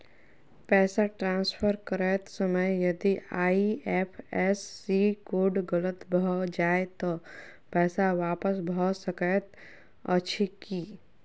पैसा ट्रान्सफर करैत समय यदि आई.एफ.एस.सी कोड गलत भऽ जाय तऽ पैसा वापस भऽ सकैत अछि की?